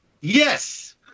Yes